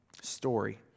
Story